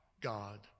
God